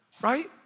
Right